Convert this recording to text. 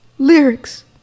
Lyrics